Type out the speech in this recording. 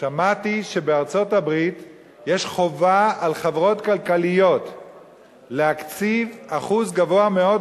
שמעתי שבארצות-הברית יש חובה על חברות כלכליות להקציב אחוז גבוה מאוד,